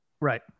Right